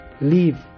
leave